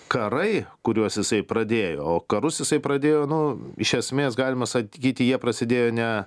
karai kuriuos jisai pradėjo o karus jisai pradėjo nu iš esmės galima sakyti jie prasidėjo ne